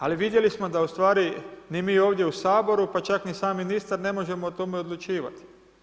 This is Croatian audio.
Ali, vidjeli smo da ustvari, ni mi ovdje u Saboru, pa čak, ni sam ministar, ne možemo o tome odlučivati.